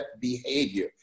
behavior